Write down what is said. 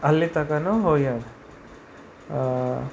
ಅಲ್ಲಿ ತಕನೂ ಹೋಗ್ಯಾನ್